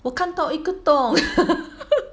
我看到一个洞